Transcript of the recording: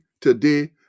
today